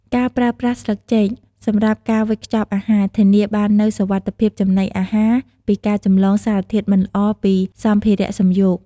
ការប្រើប្រាស់ស្លឹកចេកសម្រាប់ការវេចខ្ចប់អាហារ ធានាបាននូវសុវត្ថិភាពចំណីអាហារ ពីការចម្លងសារធាតុមិនល្អពីសម្ភារៈសំយោគ។